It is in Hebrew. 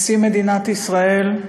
נשיא מדינת ישראל,